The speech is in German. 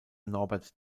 norbert